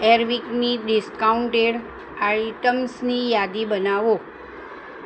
ઐરવિકની discounted આઈટમ્સની યાદી બનાવો